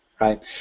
right